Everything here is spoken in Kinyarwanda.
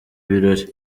birori